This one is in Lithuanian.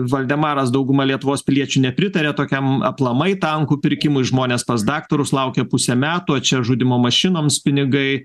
valdemaras dauguma lietuvos piliečių nepritaria tokiam aplamai tankų pirkimui žmonės pas daktarus laukia pusę metų o čia žudymo mašinoms pinigai